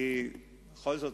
כי בכל זאת,